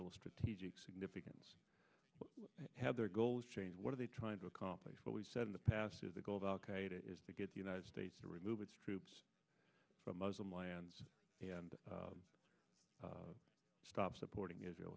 little strategic significance have their goals changed what are they trying to accomplish what we've said in the past is the goal of al qaeda is to get the united states to remove its troops from muslim lands and stop supporting israel